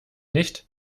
nicht